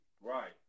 Right